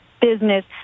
business